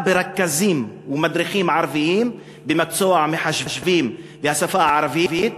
ברכזים ומדריכים ערבים במקצוע המחשבים והשפה הערבית,